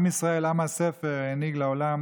עם ישראל, עם הספר, הנהיג לעולם